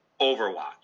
Overwatch